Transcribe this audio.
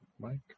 Mike